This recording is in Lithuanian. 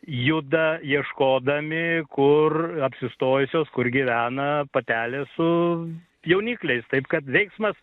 juda ieškodami kur apsistojusios kur gyvena patelė su jaunikliais taip kad veiksmas